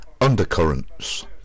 Undercurrents